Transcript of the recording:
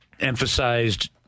emphasized –